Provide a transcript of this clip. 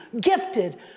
gifted